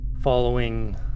Following